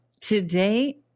Today